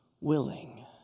willing